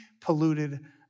polluted